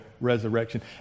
resurrection